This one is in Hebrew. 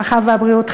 הרווחה והבריאות,